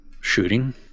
Shooting